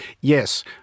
yes